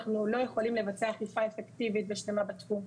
אנחנו לא יכולים לבצע אכיפה אפקטיבית ושלמה בתחום.